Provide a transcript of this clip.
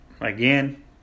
again